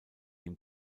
dem